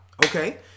Okay